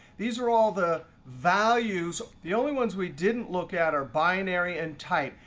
these are all the values. the only ones we didn't look at are binary and type.